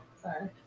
Sorry